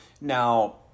Now